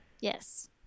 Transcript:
Yes